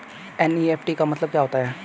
NEFT का मतलब क्या होता है?